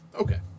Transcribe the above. Okay